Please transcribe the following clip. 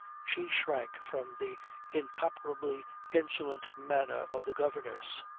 she shrank from the incomparably insolent manner of the governess.